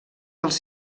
dels